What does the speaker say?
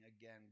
again